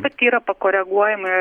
bet yra pakoreguojama